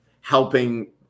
helping